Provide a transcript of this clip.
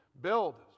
build